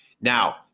Now